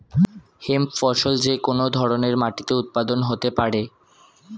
hemp ফসল যে কোন ধরনের মাটিতে উৎপাদন হতে পারে